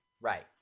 Right